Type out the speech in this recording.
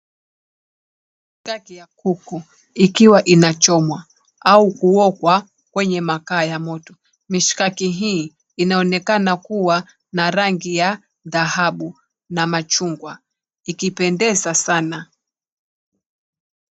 Mishikaki ya kuku ikiwa inachomwa au kuokwa kwenye makaa ya moto. Mishikaki hii inaonekana kuwa na rangi ya dhahabu na machungwa, ikipendeza sana.